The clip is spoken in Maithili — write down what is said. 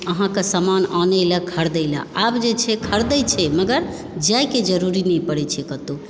अहाँके सामान आनै लए खरीदै लए आब जे छै खरीदै छै मगर जाइके जरुरी नहि पड़ै छै कतहु